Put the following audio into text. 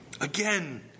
again